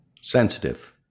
Sensitive